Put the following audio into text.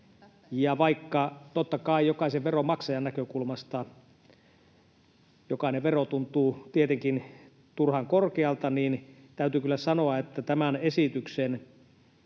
kai jokaisen veronmaksajan näkökulmasta jokainen vero tuntuu tietenkin turhan korkealta, niin täytyy kyllä sanoa, että tämän esityksen